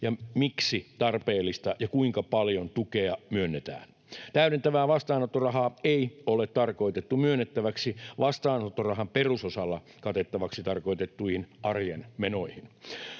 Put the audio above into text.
se on tarpeellista ja kuinka paljon tukea myönnetään. Täydentävää vastaanottorahaa ei ole tarkoitettu myönnettäväksi vastaanottorahan perusosalla katettavaksi tarkoitettuihin arjen menoihin.